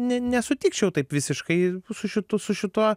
ne nesutikčiau taip visiškai su šitu su šituo